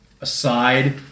aside